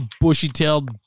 bushy-tailed